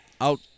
out